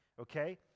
okay